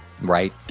right